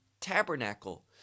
tabernacle